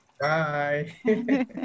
Bye